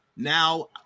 Now